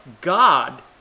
God